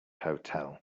hotel